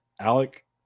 Alec